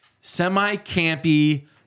semi-campy